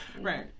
Right